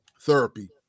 therapy